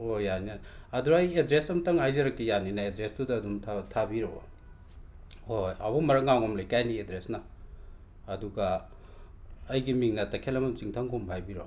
ꯍꯣꯏ ꯌꯥꯅꯤ ꯌꯥꯅꯤ ꯑꯗꯨꯗ ꯑꯩ ꯑꯦꯗ꯭ꯔꯦꯁ ꯑꯝꯇꯪ ꯍꯥꯏꯖꯔꯛꯀꯦ ꯌꯥꯅꯤꯅ ꯑꯦꯗ꯭ꯔꯦꯁꯇꯨꯗ ꯑꯗꯨꯝ ꯊꯥꯕꯤꯔꯛꯑꯣ ꯍꯣꯏ ꯍꯣꯏ ꯍꯥꯎꯕꯝ ꯃꯔꯛ ꯉꯥꯉꯣꯝ ꯂꯩꯀꯥꯏꯅꯤ ꯑꯦꯗ꯭ꯔꯦꯁꯅ ꯑꯗꯨꯒ ꯑꯩꯒꯤ ꯃꯤꯡꯅ ꯇꯈꯦꯂꯝꯕꯝ ꯆꯤꯡꯊꯪꯈꯣꯝꯕ ꯍꯥꯏꯕꯤꯔꯣ